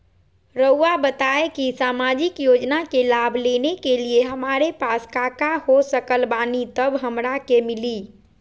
रहुआ बताएं कि सामाजिक योजना के लाभ लेने के लिए हमारे पास काका हो सकल बानी तब हमरा के मिली?